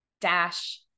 dash